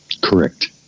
correct